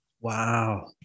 Wow